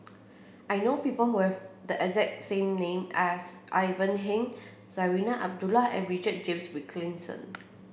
I know people who have the exact same name as Ivan Heng Zarinah Abdullah and Richard James Wilkinson